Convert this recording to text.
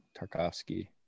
Tarkovsky